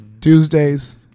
Tuesdays